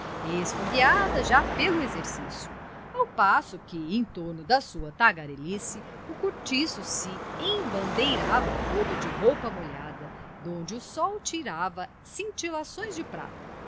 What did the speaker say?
esfogueadas já pelo exercício ao passo que em torno da sua tagarelice o cortiço se embandeirava todo de roupa molhada de onde o sol tirava cintilações de prata